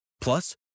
plus